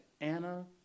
Anna